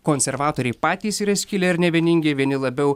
konservatoriai patys yra skilę ir nevieningi vieni labiau